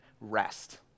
rest